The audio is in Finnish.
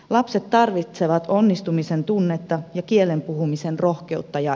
lapset tarvitsevat onnistumisen tunnetta ja kielen puhumiseen rohkeutta ja